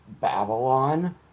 Babylon